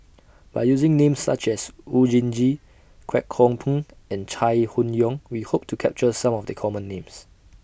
By using Names such as Oon Jin Gee Kwek Hong Png and Chai Hon Yoong We Hope to capture Some of The Common Names